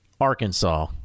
Arkansas